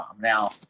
Now